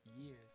years